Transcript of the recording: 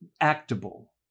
Actable